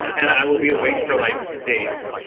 and i will be awake for like days.